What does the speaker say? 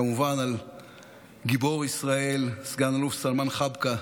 כמובן על גיבור ישראל סגן אלוף סלמאן חבקה,